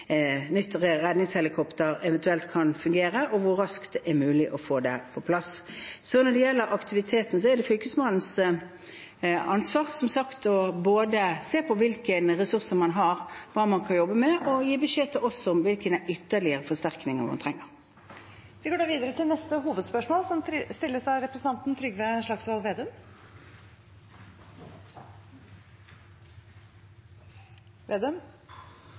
hvor raskt det er mulig å få det på plass. Når det gjelder aktiviteten, er det som sagt Fylkesmannens ansvar både å se på hvilke ressurser man har, hva man kan jobbe med, og å gi oss beskjed om hvilke ytterligere forsterkninger man trenger. Vi går videre til neste hovedspørsmål.